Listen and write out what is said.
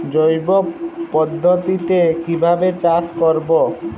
জৈব পদ্ধতিতে কিভাবে চাষ করব?